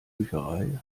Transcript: bücherei